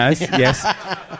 yes